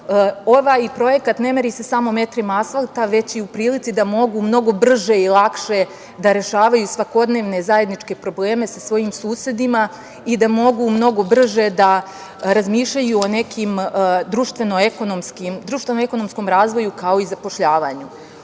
Ovaj projekat ne meri se samo metrima asfalta, već i u prilici da mogu brže i lakše da rešavaju zajedničke probleme sa svojim susedima i da mogu mnogo brže da razmišljaju o nekom društveno-ekonomskom razvoju, kao i zapošljavanju. Ovaj